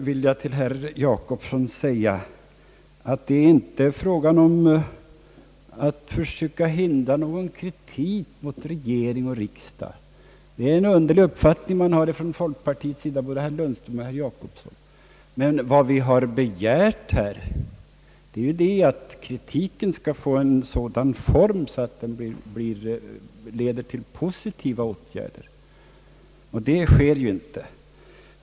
Till herr Per Jacobsson vill jag säga, att det inte är fråga om att försöka hindra någon kritik mot regering och riksdag. Det är en underlig uppfattning man har inom folkpartiet; det gäller både herr Lundström och herr Jacobsson. Vad vi har begärt här är ju att kritiken skall vara av sådan form, att den leder till positiva åtgärder, vilket ju inte är fallet.